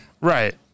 Right